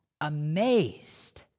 Amazed